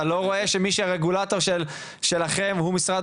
אתה לא יודע שהרגולטור שלכם הוא משרד